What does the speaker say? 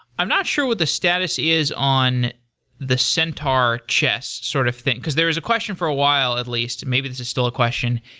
i'm not sure what the status is on the centaur chess sort of thing, because there is a question for a while, at least, and maybe this is still a question,